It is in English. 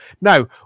Now